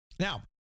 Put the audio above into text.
Now